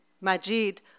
Majid